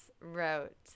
wrote